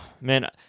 man